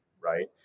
right